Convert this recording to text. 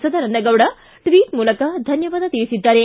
Sadananda Gowda tweet ಮೂಲಕ ಧನ್ಯವಾದ ತಿಳಿಸಿದ್ದಾರೆ